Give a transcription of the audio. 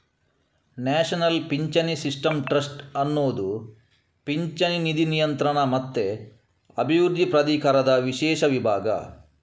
national ಪಿಂಚಣಿ system trust ಅನ್ನುದು ಪಿಂಚಣಿ ನಿಧಿ ನಿಯಂತ್ರಣ ಮತ್ತೆ ಅಭಿವೃದ್ಧಿ ಪ್ರಾಧಿಕಾರದ ವಿಶೇಷ ವಿಭಾಗ